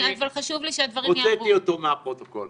אני הוצאתי אותו מהפרוטוקול.